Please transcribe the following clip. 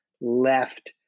left